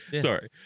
Sorry